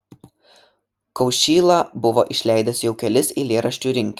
kaušyla buvo išleidęs jau kelis eilėraščių rinkinius